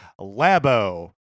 Labo